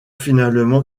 finalement